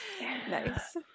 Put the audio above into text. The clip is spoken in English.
nice